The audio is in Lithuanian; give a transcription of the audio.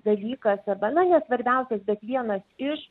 dalykas arba na ne svarbiausias bet vienas iš